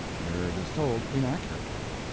where it is told inaccurately,